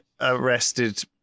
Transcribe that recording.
arrested